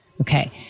okay